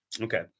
okay